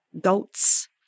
goats